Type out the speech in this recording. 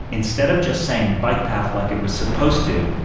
instead of just saying bike path like it was supposed to,